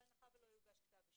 בהנחה שלא יוגש כתב אישום.